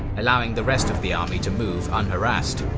allowing the rest of the army to move unharassed.